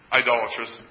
idolatrous